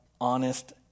honest